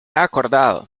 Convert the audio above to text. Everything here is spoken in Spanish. acordado